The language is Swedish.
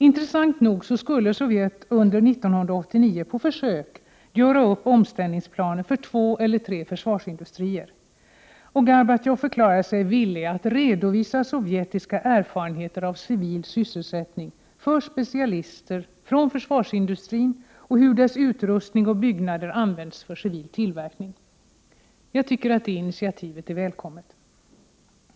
Intressant nog skulle Sovjet under 1989 på försök göra upp omställningsplaner för två eller tre försvarsindustrier. Gorbatjov förklarade sig villig att redovisa sovjetiska erfarenheter av civil sysselsättning för specialister från försvarsindustrin och hur dess utrustning och byggnader används för civil tillverkning. Jag tycker att det initiativet är välkommet.